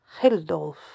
Hildolf